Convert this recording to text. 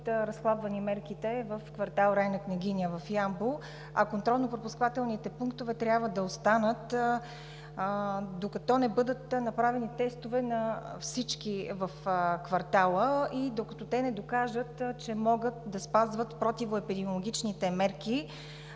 разхлабвани мерките в квартал „Райна Княгиня“ в Ямбол, а контролно-пропускателните пунктове трябва да останат, докато не бъдат направени тестове на всички в квартала и докато те не докажат, че могат да спазват противоепидемиологичните мерки.